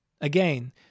Again